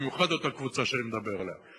במיוחד אותה קבוצה שאני מדבר עליה.